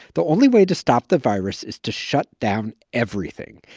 the only way to stop the virus is to shut down everything.